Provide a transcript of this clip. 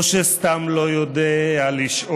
או שסתם לא יודע לשאול.